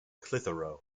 clitheroe